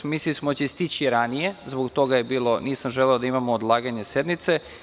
Mislili smo da će moći stići ranije zbog toga nisam želeo da imamo odlaganje sednice.